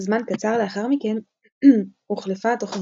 זמן קצר לאחר מכן הוחלפה התוכנית,